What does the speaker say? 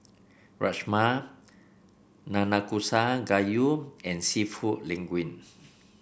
Rajma Nanakusa Gayu and seafood Linguine